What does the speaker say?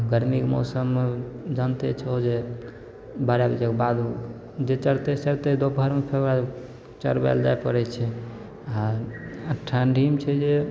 आओर गरमीके मौसममे जानिते छहो जे बारह बजेके बाद जे चरतै चरतै दुपहरमे फेर चरबैले जाइ पड़ै छै आओर ठण्डीमे छै जे